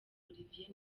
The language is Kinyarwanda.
olivier